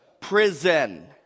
Prison